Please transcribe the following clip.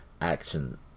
action